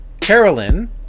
Carolyn